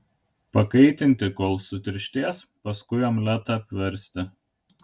pakaitinti kol sutirštės paskui omletą apversti